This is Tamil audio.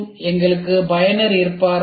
பின்னர் எங்களுக்கு ஒரு பயனர் இருப்பார்